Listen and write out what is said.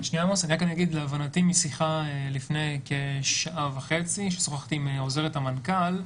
להבנתי משיחה לפני כשעה וחצי ששוחחתי עם עוזרת המנכ"ל,